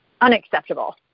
unacceptable